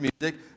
music